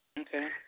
Okay